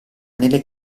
nelle